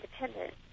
independent